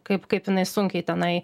kaip kaip jinai sunkiai tenai